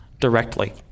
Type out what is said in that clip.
directly